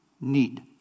need